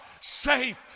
safe